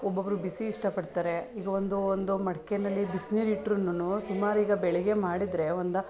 ಒಬ್ಬೊಬ್ಬರು ಬಿಸಿ ಇಷ್ಟಪಡ್ತಾರೆ ಈಗ ಒಂದೂ ಒಂದು ಮಡಿಕೆಯಲ್ಲಿ ಬಿಸ್ನೀರು ಇಟ್ಟರೂನು ಸುಮಾರು ಈಗ ಬೆಳಗ್ಗೆ ಮಾಡಿದ್ದರೆ ಒಂದು